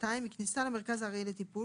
מכניסה למרכז הארעי לטיפול,